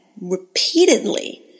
repeatedly